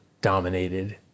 dominated